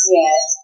Yes